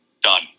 done